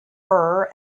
her